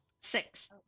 Six